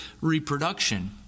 reproduction